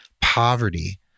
poverty